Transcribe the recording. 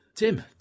Tim